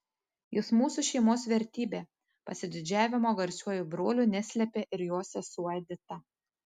jis mūsų šeimos vertybė pasididžiavimo garsiuoju broliu neslėpė ir jo sesuo edita